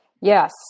Yes